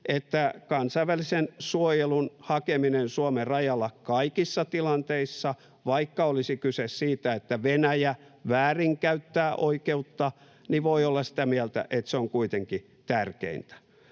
että kansainvälisen suojelun hakeminen Suomen rajalla kaikissa tilanteissa — vaikka olisi kyse siitä, että Venäjä väärinkäyttää oikeutta — on kuitenkin tärkeintä.